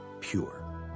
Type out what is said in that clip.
pure